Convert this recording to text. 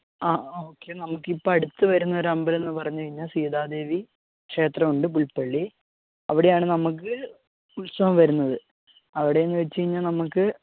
ആ ഓക്കെ നമുക്കിപ്പോൾ അടുത്ത് വരുന്ന ഒരു അമ്പലം എന്ന് പറഞ്ഞ് കഴിഞ്ഞാൽ സീതാ ദേവി ക്ഷേത്രമുണ്ട് പുൽപ്പള്ളി അവിടെയാണ് നമുക്ക് ഉത്സവം വരുന്നത് അവിടെയെന്ന് വെച്ചുകഴിഞ്ഞാൽ നമുക്ക്